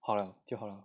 好了就好了